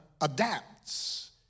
adapts